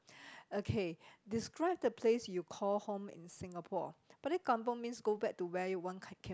okay describe the place you called home in Singapore balik kampung means go back to where you want come came